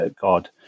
God